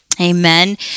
Amen